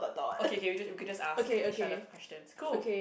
okay K we just we can just ask each other questions cool